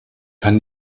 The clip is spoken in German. kann